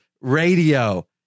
Radio